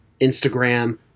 Instagram